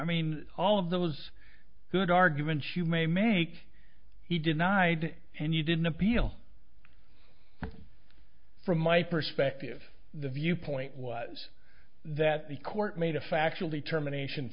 mean all of those good arguments you may make he denied and you didn't appeal from my perspective the view point was that the court made a factual determination